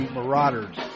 Marauders